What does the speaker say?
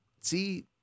see